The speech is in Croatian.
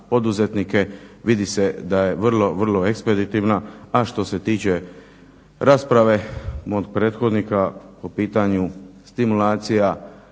poduzetnike vidi se da je vrlo, vrlo ekspeditivna a što se tiče rasprave mog prethodnika po pitanju stimulacija